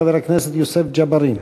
חבר הכנסת יוסף ג'בארין.